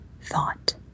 thought